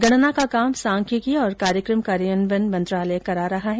गणना का काम सांख्यिकी और कार्यक्रम कार्यान्वयन मंत्रालय करा रहा है